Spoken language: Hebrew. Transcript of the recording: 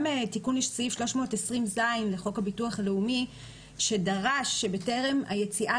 יש סעיף 320(ז) לחוק הביטוח הלאומי שדרש שבטרם היציאה